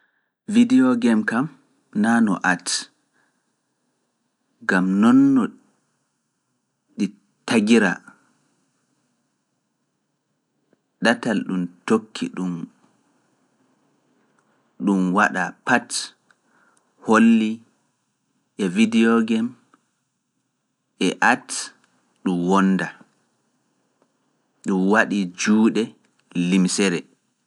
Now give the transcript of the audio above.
Video game kam naa no At, gam noon no ɗi tagiraa, ɗatal ɗum tokki ɗum waɗa Pat hollii e video game e At ɗum wonda, ɗum waɗi juuɗe limsere.